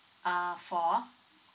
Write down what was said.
uh for